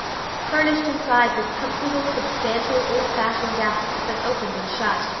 furnished inside with comfortable substantial old-fashioned desks that opened and shut,